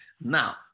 now